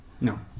No